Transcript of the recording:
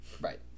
Right